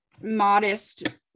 modest